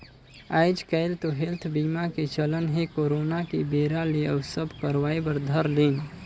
आएज काएल तो हेल्थ बीमा के चलन हे करोना के बेरा ले अउ सब करवाय बर धर लिन